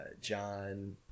John